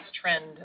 trend